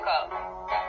up